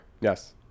Yes